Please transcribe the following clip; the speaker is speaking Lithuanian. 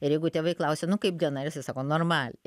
ir jeigu tėvai klausia nu kaip diena ir jisai sako normaliai